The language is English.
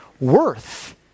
worth